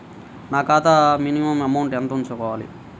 నా ఖాతా minimum amount ఎంత ఉంచుకోవాలి?